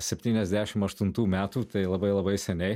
septyniasdešim aštuntų metų tai labai labai seniai